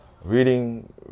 reading